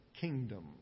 kingdom